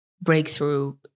breakthrough